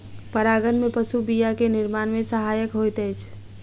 परागन में पशु बीया के निर्माण में सहायक होइत अछि